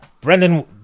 Brendan